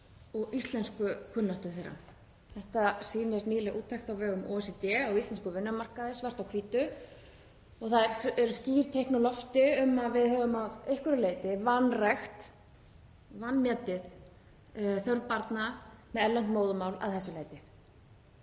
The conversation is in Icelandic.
og íslenskukunnáttu þeirra. Þetta sýnir nýleg úttekt á vegum OECD á íslenskum vinnumarkaði svart á hvítu. Það eru skýr teikn á lofti um að við höfum að einhverju leyti vanrækt og vanmetið þörf barna með erlent móðurmál að þessu leyti.